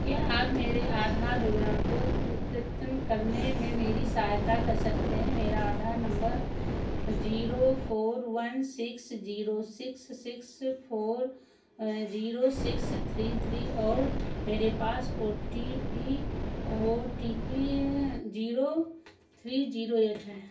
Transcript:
क्या आप मेरे आधार विवरण को अद्यतन करने में मेरी सहायता कर सकते हैं मेरा आधार नम्बर zero four one six zero six six four zero six three three और मेरे पास ओ टी पी वो T P zero three zero zero eight है